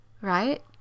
right